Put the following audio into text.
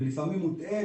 ולפעמים מוטעה,